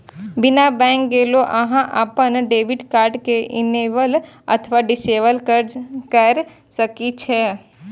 बिना बैंक गेलो अहां अपन डेबिट कार्ड कें इनेबल अथवा डिसेबल कैर सकै छी